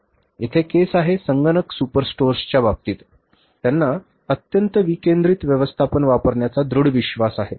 येथे केस आहे संगणक सुपरस्टोर्सच्या बाबतीत त्यांना अत्यंत विकेंद्रित व्यवस्थापन वापरण्याचा दृढ विश्वास आहे